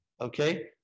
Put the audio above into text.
okay